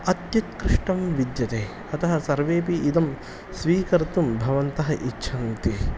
अत्युत्कृष्टं विद्यते अतः सर्वेपि इदं स्वीकर्तुं भवन्तः इच्छन्ति